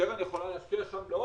הקרן יכולה להשקיע שם 80 מיליון,